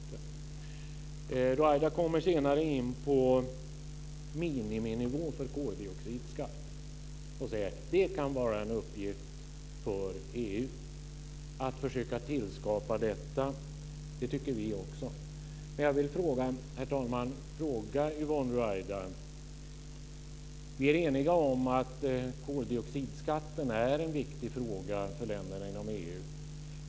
Yvonne Ruwaida kommer senare in på frågan om en miniminivå för koldioxidskatt och säger att det kan vara en uppgift för EU att försöka skapa en sådan. Det tycker också vi. Men jag vill, herr talman, ställa några frågor till Yvonne Ruwaida. Vi är eniga om att koldioxidskatten är en viktig fråga för länderna inom EU.